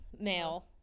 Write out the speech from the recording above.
male